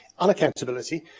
unaccountability